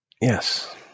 Yes